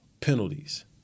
penalties